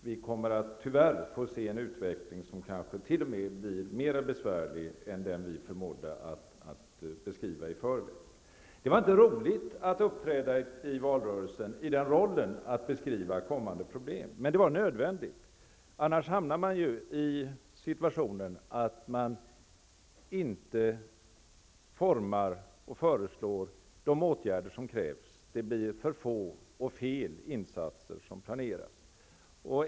Vi kommer, tyvärr, att få se en utveckling som kanske t.o.m. blir mer besvärlig än den som vi förmådde beskriva i förväg. Det var inte roligt att i valrörelsen uppträda i den rollen och beskriva kommande problem, men det var nödvändigt. Annars hamnar man i situationen att man inte föreslår de åtgärder som krävs; det blir för få och fel insatser som planeras.